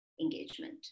engagement